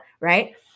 right